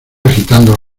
agitando